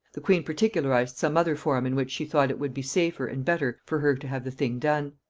the queen particularized some other form in which she thought it would be safer and better for her to have the thing done.